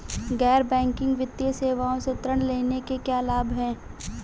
गैर बैंकिंग वित्तीय सेवाओं से ऋण लेने के क्या लाभ हैं?